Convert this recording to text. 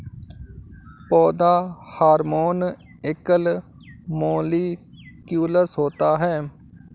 पौधा हार्मोन एकल मौलिक्यूलस होता है